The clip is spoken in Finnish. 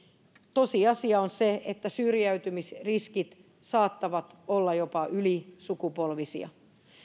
tosiasia on se että syrjäytymisriskit saattavat olla jopa ylisukupolvisia